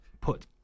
put